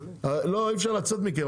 אי אפשר לצאת מכם,